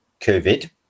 covid